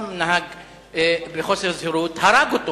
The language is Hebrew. גם נהג בחוסר זהירות והרג אותו.